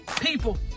people